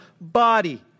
body